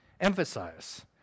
emphasize